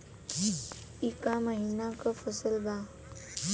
ई क महिना क फसल बा?